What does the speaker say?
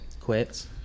quits